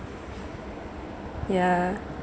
yeah